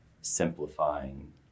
simplifying